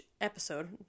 episode